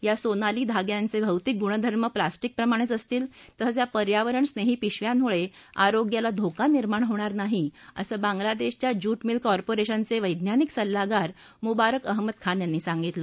या सोनाली धाम्यांचे भौतिक गुणधर्म प्लास्टिकप्रमाणेच असतील तसंच या पर्यावरण स्नेही पिशव्यांमुळे आरोग्याला धोका निर्माण होणार नाही असं बांगलादेशच्या ज्यूट मिल कॉर्पोरेशनचे वैज्ञानिक सल्लागार मुबारक अहमद खान यांनी सांगितलं